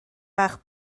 bach